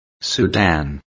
Sudan